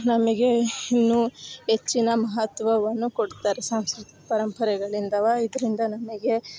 ನಮಗೇ ಇನ್ನು ಹೆಚ್ಚಿನ ಮಹತ್ವವನ್ನು ಕೊಡ್ತಾರೆ ಸಾಂಸ್ಕೃತಿಕ ಪರಂಪರೆಗಳಿಂದ ಇದರಿಂದ ನಮಗೆ